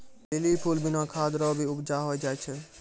lily फूल बिना खाद रो भी उपजा होय जाय छै